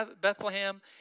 Bethlehem